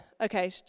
Okay